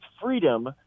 freedom